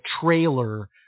trailer